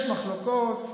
יש מחלוקות,